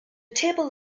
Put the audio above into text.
table